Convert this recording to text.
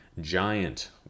giant